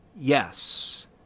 yes